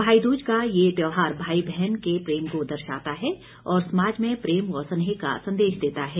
भाई दूज का ये त्यौहार भाई बहन के प्रेम को दर्शाता है और समाज में प्रेम व स्नेह का संदेश देता है